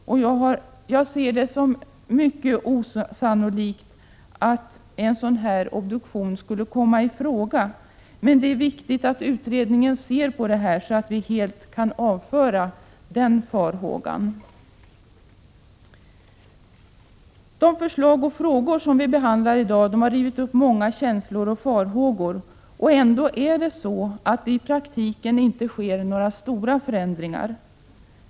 Jag ser det som mycket osannolikt att en sådan obduktion skulle komma i fråga. Men det är viktigt att utredningen ser på detta så att vi helt kan avföra den här farhågan. De förslag och frågor som vi behandlar i dag har rivit upp många känslor och farhågor. Ändå är det så att det i praktiken inte sker några stora förändringar.